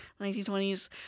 1920s